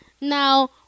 Now